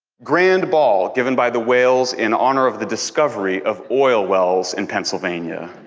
grand ball given by the whales in honor of the discovery of oil wells in pennsylvania.